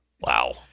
Wow